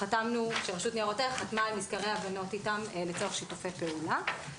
שרשות ניירות ערך חתמה על מזכרי הבנות איתם לצורך שיתופי פעולה.